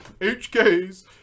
HKs